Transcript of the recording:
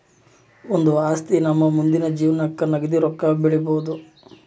ಒಂದು ಆಸ್ತಿ ನಮ್ಮ ಮುಂದಿನ ಜೀವನಕ್ಕ ನಗದಿ ರೊಕ್ಕ ಬೆಳಿಬೊದು